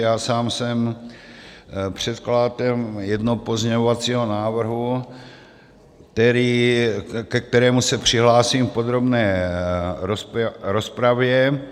Já sám jsem předkladatel jednoho pozměňovacího návrhu, ke kterému se přihlásím v podrobné rozpravě.